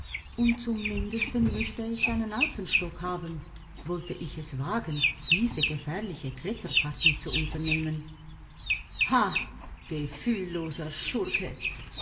und zum mindesten müßte ich einen alpenstock haben wollte ich es wagen diese gefährliche kletterpartie zu unternehmen ha gefühlloser schurke